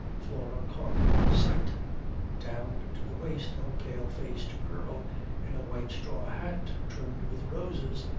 flora caught sight down to the waist of a pale-faced girl in a white straw hat trimmed with roses,